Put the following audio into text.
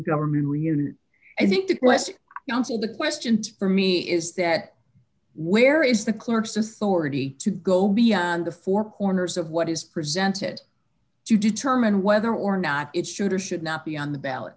government reunion i think the question of the questions for me is that where is the clerk's authority to go beyond the four corners of what is presented to determine whether or not it should or should not be on the ballot